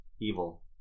evil